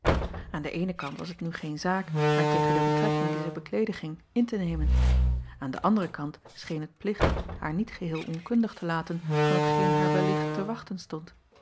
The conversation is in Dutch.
an den eenen kant was het nu geen zaak haar tegen de betrekking die zij bekleeden ging in te nemen aan den anderen kant scheen het plicht haar niet geheel onkundig te laten van hetgeen haar wellicht te wachten stond